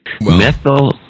methyl